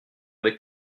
avec